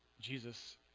Jesus